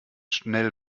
schnell